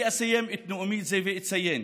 אני אסיים את נאומי זה ואציין